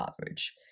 average